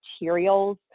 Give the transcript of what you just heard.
materials